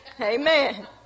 Amen